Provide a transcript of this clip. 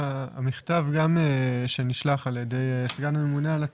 המכתב שנשלח על ידי סגן הממונה על התקציבים,